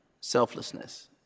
selflessness